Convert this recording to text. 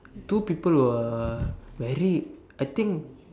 two people were very I think